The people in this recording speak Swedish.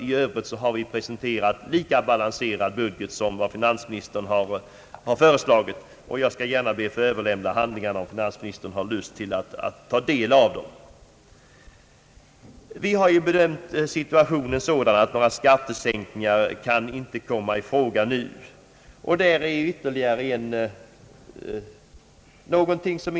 I övrigt har vi presenterat en lika balanserad budget som finansministern. Jag skall gärna Överlämna handlingarna, om finansministern har lust att ta del av dem. Vi har bedömt situationen så att några skattesänkningar inte nu kan komma i fråga.